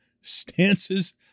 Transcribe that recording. stances